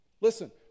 Listen